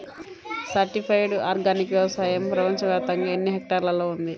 Certified organic వ్యవసాయం ప్రపంచ వ్యాప్తముగా ఎన్నిహెక్టర్లలో ఉంది?